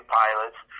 pilots